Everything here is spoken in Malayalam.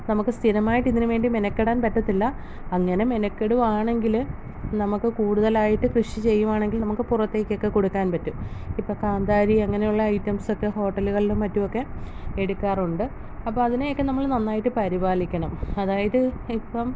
നമുക്ക് സ്ഥിരമായിട്ട് അതിന് വേണ്ടി മെനക്കെടാൻ പറ്റത്തില്ല അങ്ങനെ മെനക്കെടുകയാണെങ്കിൽ നമുക്ക് കൂടുതലായിട്ട് കൃഷി ചെയ്യുകയാണെങ്കിൽ നമുക്ക് പുറത്തേക്കെക്കെ കൊടുക്കാൻ പറ്റും ഇപ്പം കാന്താരി അങ്ങനെയുള്ള ഐറ്റംസൊക്കെ ഹോട്ടലുകളിലും മറ്റുമൊക്കെ എടുക്കാറുണ്ട് അപ്പം അതിനെയൊക്കെ നമ്മൾ നന്നായിട്ട് പരിപാലിക്കണം അതായത്